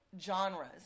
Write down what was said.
genres